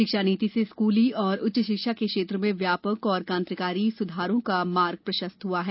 शिक्षा नीति से स्कूली और उच्च शिक्षा के क्षेत्र में व्यापक और क्रांतिकारी सुधारों का मार्ग प्रशस्त हुआ है